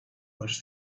was